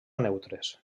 neutres